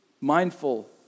mindful